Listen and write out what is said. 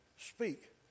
speak